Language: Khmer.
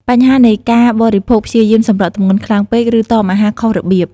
បញ្ហានៃការបរិភោគព្យាយាមសម្រកទម្ងន់ខ្លាំងពេក ឬតមអាហារខុសរបៀប។